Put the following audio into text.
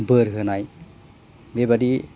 बोर होनाय बेबादि